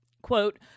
Quote